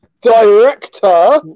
director